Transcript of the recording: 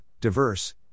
diverse